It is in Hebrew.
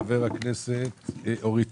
חברת הכנסת אורית